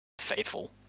faithful